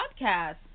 podcast